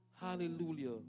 Hallelujah